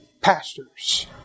pastors